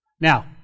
Now